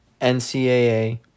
NCAA